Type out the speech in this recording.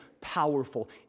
powerful